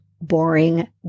boring